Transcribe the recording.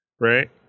right